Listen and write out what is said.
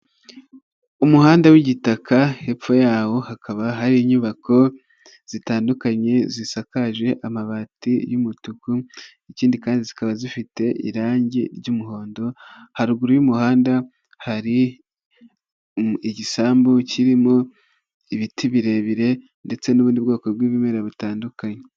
Umuhanda w'igitaka hepfo yawo hakaba hari inyubako zitandukanye zisakaje amabati y'umutuku, ikindi kandi zikaba zifite irangi ry'umuhondo, haruguru y'umuhanda hari igisambu kirimo ibiti birebire ndetse n'ubundi bwoko bw'ibimera butandukanye.